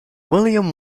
william